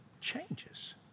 changes